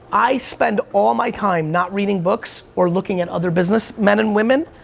i spend all my time not reading books or looking at other business men and women,